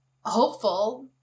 hopeful